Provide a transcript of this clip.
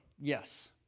yes